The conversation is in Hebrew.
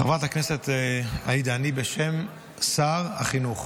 חברת הכנסת עאידה, אני בשם שר החינוך.